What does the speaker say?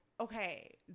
okay